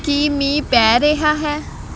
ਕੀ ਮੀਂਹ ਪੈ ਰਿਹਾ ਹੈ